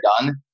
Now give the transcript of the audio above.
done